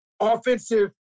offensive